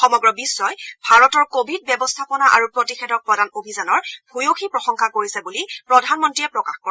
সমগ্ৰ বিশ্বই ভাৰতৰ কোৱিড ব্যৱস্থাপনা আৰু প্ৰতিষেধক প্ৰদান অভিযানৰ ভূয়সী প্ৰশংসা কৰিছে বুলি প্ৰধানমন্ত্ৰীয়ে প্ৰকাশ কৰে